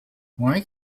why